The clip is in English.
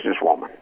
businesswoman